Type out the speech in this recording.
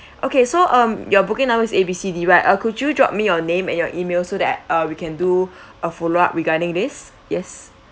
okay so um your booking number is A B C D right uh could you drop me your name and your email so that uh we can do a follow up regarding this yes